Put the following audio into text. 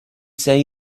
say